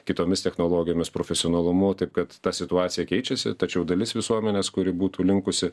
kitomis technologijomis profesionalumu taip kad ta situacija keičiasi tačiau dalis visuomenės kuri būtų linkusi